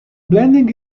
blending